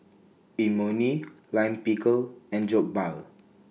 Imoni Lime Pickle and Jokbal